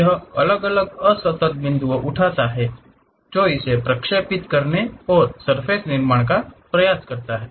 यह अलग अलग असतत बिंदु उठाता है जो इसे प्रक्षेपित करने और सर्फ़ेस के निर्माण का प्रयास करता है